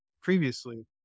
previously